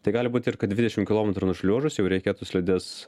tai gali būt ir kad dvidešim kilometrų nušliuožus jau reikėtų slides